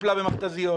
טופלה במכת"זיות,